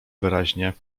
wyraźnie